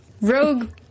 rogue